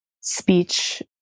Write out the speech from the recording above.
speech